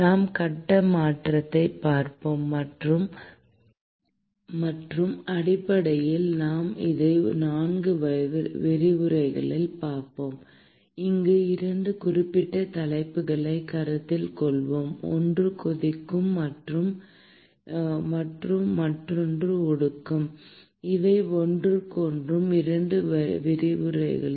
நாம் கட்ட மாற்றத்தைப் பார்ப்போம் மற்றும் அடிப்படையில் நாம் அதை 4 விரிவுரைகளில் பார்ப்போம் அங்கு 2 குறிப்பிட்ட தலைப்புகளைக் கருத்தில் கொள்வோம் ஒன்று கொதிக்கும் மற்றும் மற்றொன்று ஒடுக்கம் இவை ஒவ்வொன்றும் 2 விரிவுரைகளில்